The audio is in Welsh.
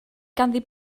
ganddi